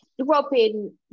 Robin